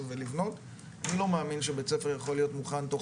לבנות .אני לא מאמין שבית ספר יכול להיות מוכן תוך